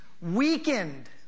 Weakened